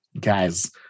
guys